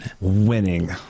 Winning